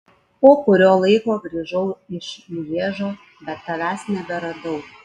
po kurio laiko grįžau iš lježo bet tavęs neberadau